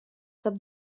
sap